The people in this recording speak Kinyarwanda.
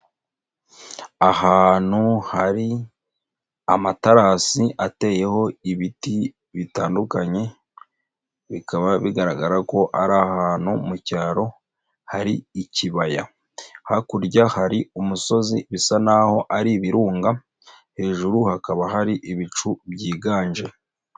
Ahantu hari amaterasi ateyeho ibiti bitandukanye, bikaba bigaragara ko ari ahantu mu cyaro hari ikibaya, hakurya hari umusozi bisa n'aho ari ibirunga, hejuru hakaba hari ibicu byiganje.